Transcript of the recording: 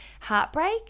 heartbreak